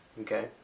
Okay